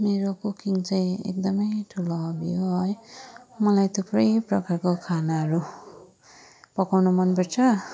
मेरो कुकिङ चाहिँ एकदमै ठुलो हबी हो है मलाई थुप्रै प्रकारको खानाहरू पकाउनु मन पर्छ